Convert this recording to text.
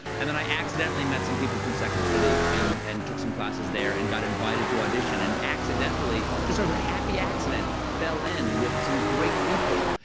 and then i accidentally met some people from second city and and took some classes there and got invited to audition and accidentally just sort of the happy accident fell in with some great people.